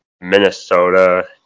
Minnesota-